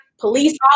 Police